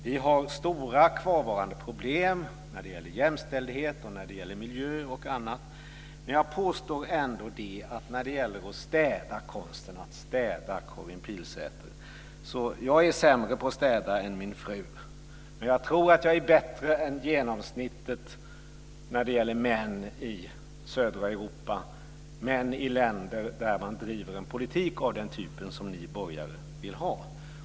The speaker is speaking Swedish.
Vi har stora kvarvarande problem när det gäller jämställdhet, miljö och annat. Men jag vill ändå påstå, Karin Pilsäter, att i konsten att städa är jag sämre än min fru, men jag tror att jag är bättre än genomsnittet när det gäller män i södra Europa, män i länder där man driver en politik av den typ som ni borgare vill ha.